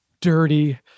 dirty